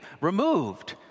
removed